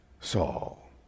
Saul